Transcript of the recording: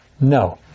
No